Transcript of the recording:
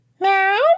Meow